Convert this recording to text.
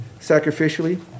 sacrificially